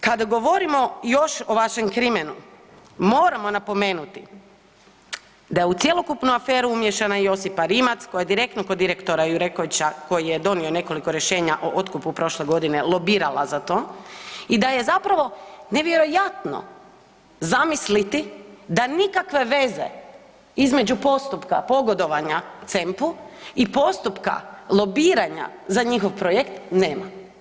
Kada govorimo još o vašem krimenu, moramo napomenuti da je u cjelokupnu aferu umiješana Josipa Rimac koja je direktno kod direktora Jurekovića koji je donio nekoliko rješenja o otkupu prošle godine, lobirala za to i da je zapravo nevjerojatno zamisliti da nikakve veze između postupka pogodovanja CEMP-u i postupka lobiranja za njihov projekt nema.